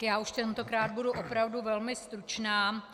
Já už tentokrát budu opravdu velmi stručná.